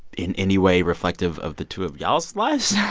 in any way reflective of the two of y'all's lives?